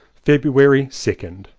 february second.